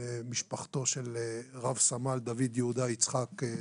הבשורה הקשה על נפילתו במבצע של רב-סמל דוד יהודה יצחק,